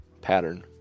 pattern